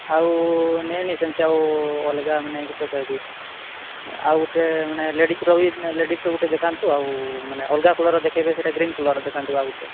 ଆଉ ନାଇଁ ନାଇଁ ସେମିତି ଆଉ ଅଲଗା ମାନେ କିସ କହିବି ଆଉ ଗୋଟେ ମାନେ ଲେଡ଼ିଜ୍ର ବି ଲେଡ଼ିଜ୍ର ଗୋଟେ ଦେଖାନ୍ତୁ ଆଉ ମାନେ ଅଲଗା କଲର୍ର ଦେଖାଇବେ ସେଇଟା ଗ୍ରିନ୍ କଲର୍ର ଦେଖାନ୍ତୁ ଆଉ ଗୋଟେ